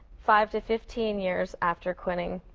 five to fifteen years after quitting,